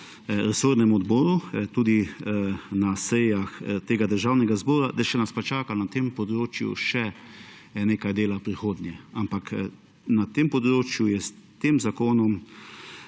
resornem odboru, tudi na sejah tega državnega zbora, da nas pa čaka na tem področju še nekaj dela v prihodnje. Ampak na tem področju je s tem zakonom